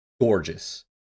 gorgeous